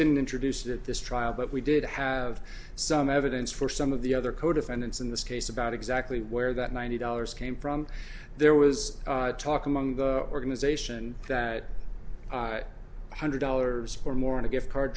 didn't introduce that this trial but we did have some evidence for some of the other co defendants in this case about exactly where that ninety dollars came from there was talk among the organization that hundred dollars or more in a gift card